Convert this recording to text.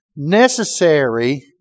necessary